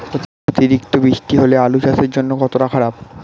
অতিরিক্ত বৃষ্টি হলে আলু চাষের জন্য কতটা খারাপ?